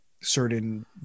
certain